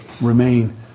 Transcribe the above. remain